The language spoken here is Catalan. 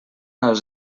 els